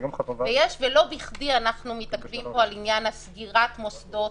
ויש לא בכדי אנחנו מתעכבים פה על עניין סגירת מוסדות